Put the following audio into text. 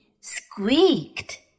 squeaked